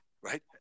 right